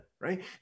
right